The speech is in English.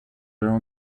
around